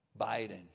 Biden